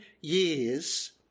years